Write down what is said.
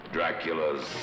Dracula's